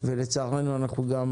ולצערנו אנחנו גם